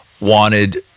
wanted